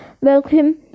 welcome